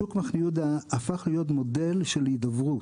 שוק מחנה יהודה הפך להיות מודל של הידברות.